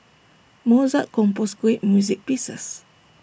Mozart composed great music pieces